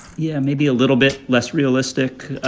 yeah, maybe a little bit less realistic.